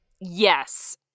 yes